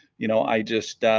you know i just